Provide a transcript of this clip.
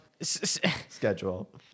schedule